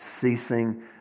ceasing